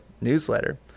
newsletter